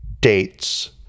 dates